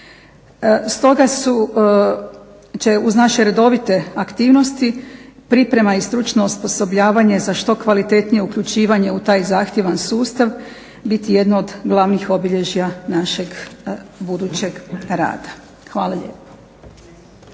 Stoga će uz naše redovite aktivnosti priprema i stručno osposobljavanje za što kvalitetnije uključivanje u taj zahtjevan sustav biti jedno od glavnih obilježja našeg budućeg rada. Hvala lijepo.